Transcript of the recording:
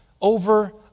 over